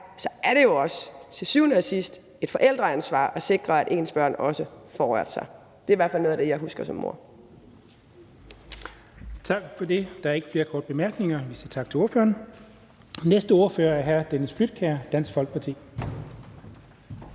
eller ej, at det til syvende og sidst er et forældreansvar at sikre, at ens børn også får rørt sig. Det er i hvert fald noget af det, jeg husker som mor.